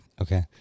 Okay